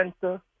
center